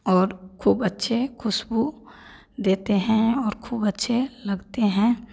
और खूब अच्छे खुशबू देते हैं और खूब अच्छे लगते हैं